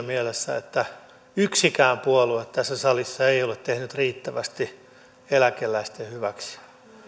mielessä että yksikään puolue tässä salissa ei ole tehnyt riittävästi eläkeläisten hyväksi